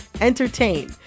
entertain